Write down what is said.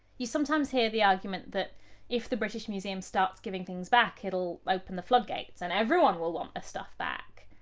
you sometimes hear the argument that if the british museum starts giving things back, it'll open the floodgates and everyone will want their stuff back.